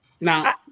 Now